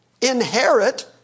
inherit